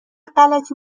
غلتی